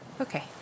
okay